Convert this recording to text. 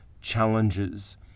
challenges